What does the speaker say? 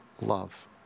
love